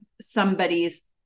somebody's